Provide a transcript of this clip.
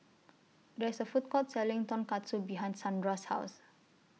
There IS A Food Court Selling Tonkatsu behind Sandra's House